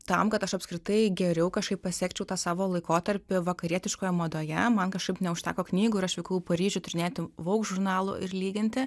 tam kad aš apskritai geriau kažkaip pasekčiau tą savo laikotarpį vakarietiškoje madoje man kažkaip neužteko knygų ir aš vykau į paryžių tyrinėti vogue žurnalų ir lyginti